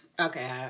okay